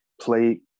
play